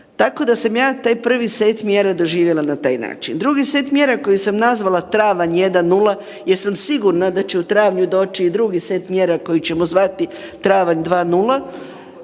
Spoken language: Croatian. Tako da sam ja taj prvi set mjera doživjela na taj način. Drugi set mjera koji sam nazvala travanj 1 0, jer sa sigurna da će u travnju doći i drugi set mjera koji ćemo zvati travanj 2 0,